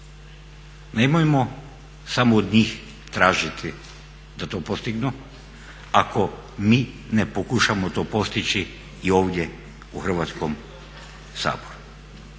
Nemojmo samo od njih tražiti da to postignu ako mi ne pokušamo to postići i ovdje u Hrvatskom saboru.